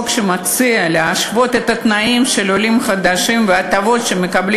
מציעה להשוות את התנאים של עולים חדשים והטבות שמקבלים